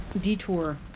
detour